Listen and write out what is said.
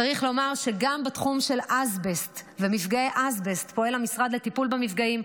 צריך לומר שגם בתחום של אסבסט ומפגעי אסבסט פועל המשרד לטיפול במפגעים,